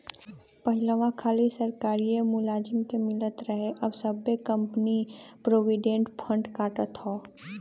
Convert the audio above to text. पहिलवा खाली सरकारिए मुलाजिम के मिलत रहे अब सब्बे कंपनी प्रोविडेंट फ़ंड काटत हौ